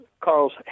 Carl's